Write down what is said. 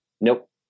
Nope